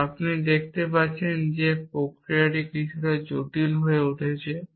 এখন আপনি দেখতে পাচ্ছেন যে এই প্রক্রিয়াটি কিছুটা জটিল হয়ে উঠছে